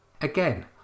Again